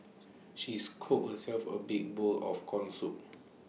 she scooped herself A big bowl of Corn Soup